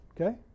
Okay